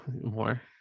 more